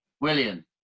William